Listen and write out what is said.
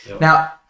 Now